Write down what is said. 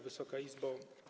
Wysoka Izbo!